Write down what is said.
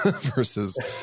versus